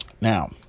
now